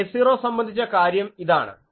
k0 സംബന്ധിച്ച കാര്യം ഇതാണ്